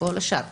כל השאר מפולין,